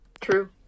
True